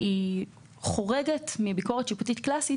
שחורגת מביקורת שיפוטית קלאסית,